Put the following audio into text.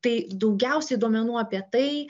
tai daugiausiai duomenų apie tai